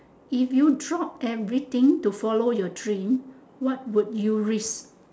if you drop everything to follow your dream what would you risk